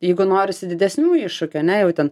jeigu norisi didesnių iššūkių ane jau ten